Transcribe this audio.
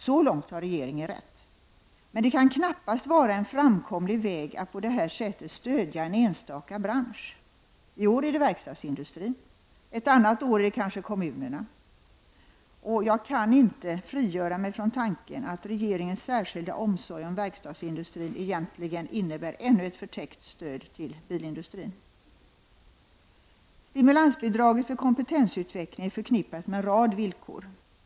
Så långt har regeringen rätt, men det kan knappast vara en framkomlig väg att på det här sättet stödja en enstaka bransch. I år gäller det verkstadsindustrin, ett annat år gäller det kanske kommunerna. Jag kan inte frigöra mig från tanken att regeringens särskilda omsorg om verkstadsindustrin egentligen innebär ännu ett förtäckt stöd till bilindustrin. Stimulansbidraget för kompetensutveckling är förknippat med en rad villkor.